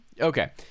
okay